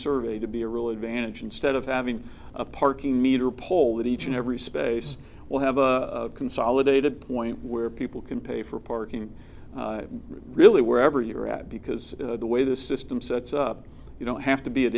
survey to be a real advantage instead of having a parking meter pole that each and every space will have a consolidated point where people can pay for parking really wherever you are at because the way the system sets up you don't have to be at